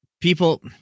people